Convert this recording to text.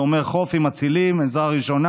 זה אומר חוף עם מצילים, עזרה ראשונה